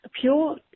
pure